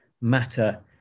matter